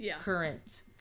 current